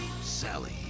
Sally